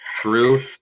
True